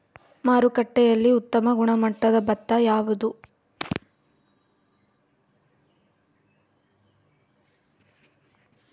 ಮಾರುಕಟ್ಟೆಯಲ್ಲಿ ಉತ್ತಮ ಗುಣಮಟ್ಟದ ಭತ್ತ ಯಾವುದು?